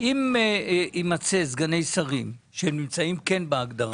אם יימצא סגני שרים שהם נמצאים כן בהגדרה.